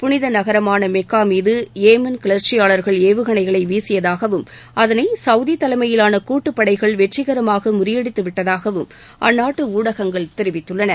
புனித நகரமான மெக்கா மீது ஏமன் கிளர்ச்சியாளர்கள் ஏவுகணைகளை வீசியதாகவும் அதனை சவுதி தலைமையிலான கூட்டுப்படைகள் வெற்றிகரமாக முறியடித்து விட்டதாக அந்நாட்டு ஊடகங்கள் தெரிவித்துள்ளன